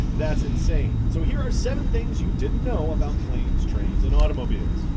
that's insane. so here are seven things you didn't know about planes, trains and automobiles,